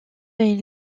est